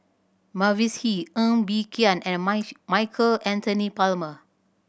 Mavis Hee Ng Bee Kia and Michael Anthony Palmer